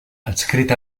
adscrit